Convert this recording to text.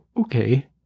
okay